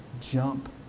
jump